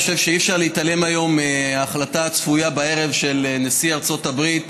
אני חושב שאי-אפשר להתעלם היום מההחלטה הצפויה הערב של נשיא ארצות הברית